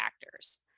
factors